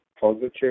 positive